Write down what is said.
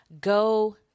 go